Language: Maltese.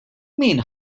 min